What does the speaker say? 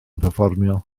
perfformio